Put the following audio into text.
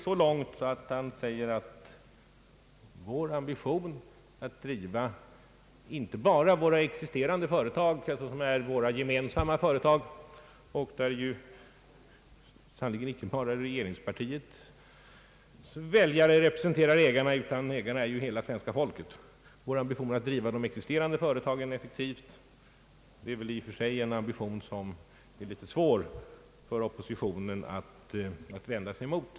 Våra ambitioner att driva inte bara våra existerande statliga företag — som är våra gemensamma företag och där sannerligen inte endast regeringspartiets väljare utan hela svenska folket är ägare — effektivt är i och för sig ambitioner som det är litet svårt för oppositionen att vända sig mot.